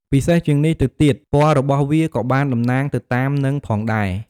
ពិសេសជាងនេះទៅទៀត ពណ៌របស់វាក៏បានតំណាងទៅតាមនឹងផងដែរ។